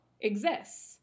exists